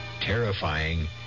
terrifying